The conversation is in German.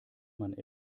man